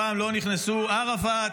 הפעם לא נכנסו ערפאת,